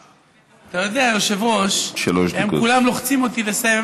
יודע, היושב-ראש, הם כולם לוחצים אותי לסיים.